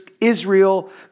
Israel